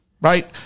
right